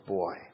boy